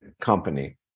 company